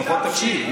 לפחות תקשיב.